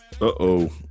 Uh-oh